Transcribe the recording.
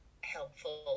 helpful